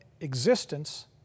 existence